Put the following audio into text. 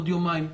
עוד יומיים.